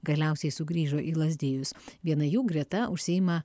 galiausiai sugrįžo į lazdijus viena jų greta užsiima